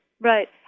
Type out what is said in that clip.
Right